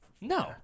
No